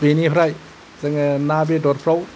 बेनिफ्राय जोङो ना बेदरफ्राव